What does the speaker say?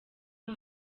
iyo